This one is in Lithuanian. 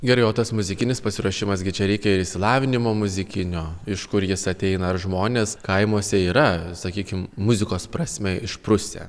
gerai o tas muzikinis pasiruošimas gi čia reikia ir išsilavinimo muzikinio iš kur jis ateina ar žmonės kaimuose yra sakykim muzikos prasme išprusę